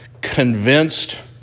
convinced